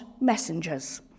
messengers